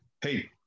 hey